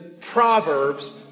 Proverbs